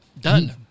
Done